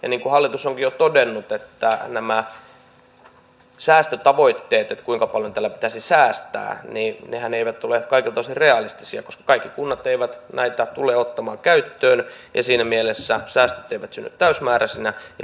niin kuin hallitus onkin jo todennut nämä säästötavoitteet kuinka paljon tällä pitäisi säästää eivät ole kaikilta osin realistisia koska kaikki kunnat eivät näitä tule ottamaan käyttöön ja siinä mielessä säästöt eivät synny täysimääräisinä